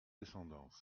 descendance